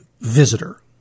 visitor